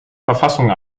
verfassung